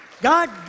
God